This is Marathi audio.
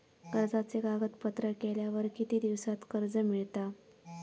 कर्जाचे कागदपत्र केल्यावर किती दिवसात कर्ज मिळता?